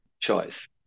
choice